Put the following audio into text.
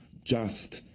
just,